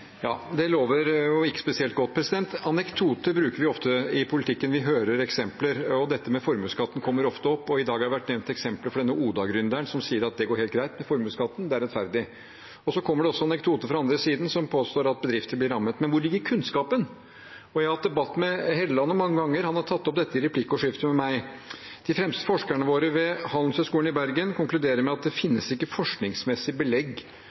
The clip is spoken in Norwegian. Ja, det lover ikke spesielt godt. Anekdoter bruker vi ofte i politikken. Vi hører eksempler. Dette med formuesskatten kommer ofte opp, og i dag har man nevnt eksemplet med Oda-gründeren, som sier at det går helt greit med formuesskatten, det er rettferdig. Det kommer også anekdoter fra den andre siden som påstår at bedrifter blir rammet. Men hvor ligger kunnskapen? Jeg har hatt debatt med Helleland mange ganger. Han har tatt opp dette i replikkordskifte med meg. De fremste forskerne våre ved Handelshøyskolen i Bergen konkluderer med at det ikke finnes forskningsmessig belegg